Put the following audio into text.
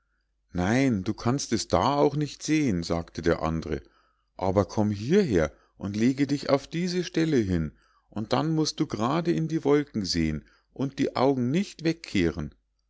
nein du kannst es da auch nicht sehen sagte der andre aber komm hieher und lege dich auf diese stelle hin und dann musst du grade in die wolken sehen und die augen nicht wegkehren